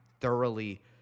thoroughly